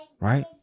Right